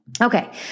Okay